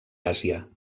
àsia